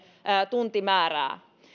tuntimäärää